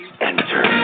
Enter